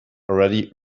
already